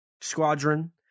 squadron